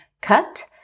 Cut